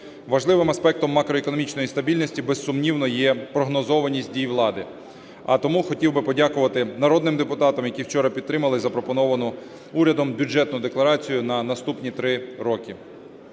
Важливим аспектом макроекономічної стабільності, безсумнівно, є прогнозованість дій влади, а тому хотів би подякувати народним депутатам, які вчора підтримали запропоновану урядом Бюджетну декларацію на наступні три роки.